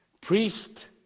Priest